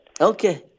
Okay